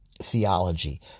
theology